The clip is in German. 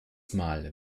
mal